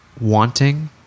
wanting